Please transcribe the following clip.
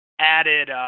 added